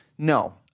No